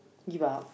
give up